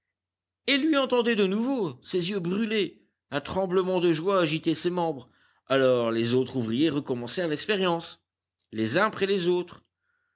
et lui entendait de nouveau ses yeux brillaient un tremblement de joie agitait ses membres alors les autres ouvriers recommencèrent l'expérience les uns après les autres